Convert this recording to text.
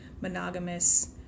monogamous